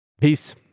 Peace